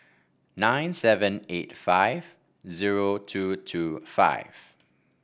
nine seven eight five zero two two five